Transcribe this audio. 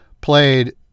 played